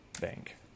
Bank